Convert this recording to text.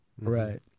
Right